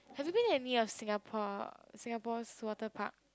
have to been any of Singapore Singapore's water park